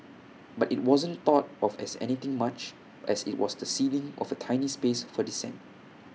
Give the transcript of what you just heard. but IT wasn't thought of as anything much as IT was the ceding of A tiny space for dissent